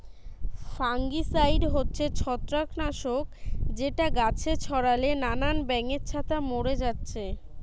fungicide হচ্ছে ছত্রাক নাশক যেটা গাছে ছোড়ালে নানান ব্যাঙের ছাতা মোরে যাচ্ছে